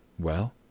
well?